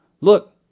look